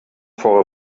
for